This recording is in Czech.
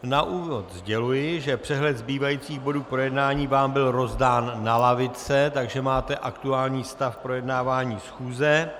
Na úvod sděluji, že přehled zbývajících bodů k projednání vám byl rozdán na lavice, takže máte aktuální stav projednávání schůze.